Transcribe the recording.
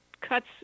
cuts